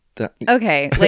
Okay